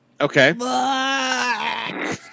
Okay